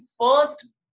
first